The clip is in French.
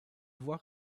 voies